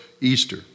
Easter